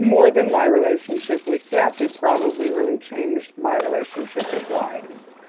more than my relationship with death, it probably really changed my relationship with life.